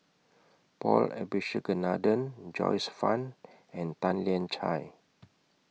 Paul Abisheganaden Joyce fan and Tan Lian Chye